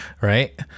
right